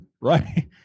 right